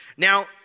Now